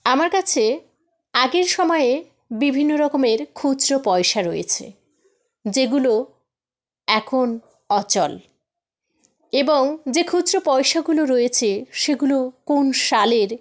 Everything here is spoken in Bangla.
আমার কাছে আগের সময়ে বিভিন্ন রকমের খুচরো পয়সা রয়েছে যেগুলো এখন অচল এবং যে খুচরো পয়সাগুলো রয়েছে সেগুলো কোন সালের